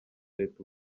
leta